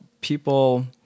people